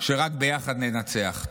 שרק ביחד ננצח.